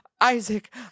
Isaac